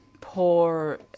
poor